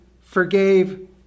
forgave